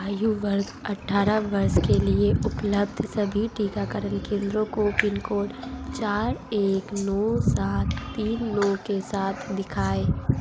आयु वर्ग अठारह वर्ष के लिए उपलब्ध सभी टीकाकरण केंद्रों को पिन कोड चार एक नौ सात तीन नौ के साथ दिखाएँ